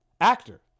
actor